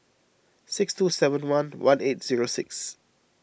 six two seven one one eight zero six